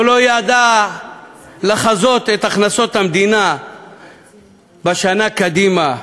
ולא ידע לחזות את הכנסות המדינה שנה קדימה?